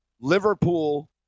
Liverpool